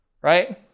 Right